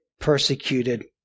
persecuted